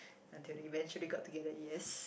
until they eventually together yes